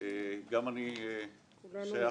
גם אני שייך,